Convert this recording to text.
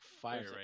Fire